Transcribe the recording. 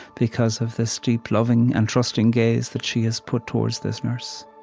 because of this deep, loving, and trusting gaze that she has put towards this nurse